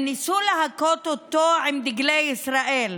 הם ניסו להכות אותו עם דגלי ישראל,